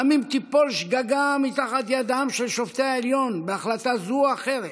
גם אם תיפול שגגה מתחת ידם של שופטי העליון בהחלטה זו או אחרת,